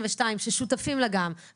שלום לכולם.